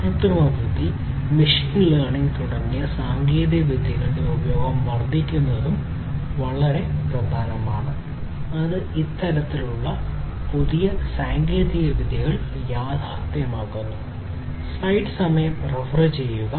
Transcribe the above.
കൃത്രിമബുദ്ധി machine learning തുടങ്ങിയ സാങ്കേതികവിദ്യകളുടെ ഉപയോഗം വർദ്ധിക്കുന്നതും വളരെ പ്രധാനമാണ് അത് ഇത്തരത്തിലുള്ള പുതിയ സാങ്കേതികവിദ്യകൾ യാഥാർത്ഥ്യമാക്കുന്നു